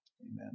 Amen